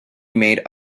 made